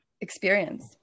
experience